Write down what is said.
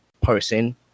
person